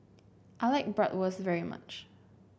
I like Bratwurst very much